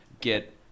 get